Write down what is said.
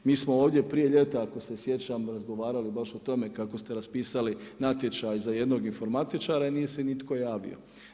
Mi smo ovdje prije ljeta, ako se sjećam, razgovarali baš o tome kako ste raspisali natječaj za jednog informatičara i nije se nitko javio.